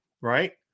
right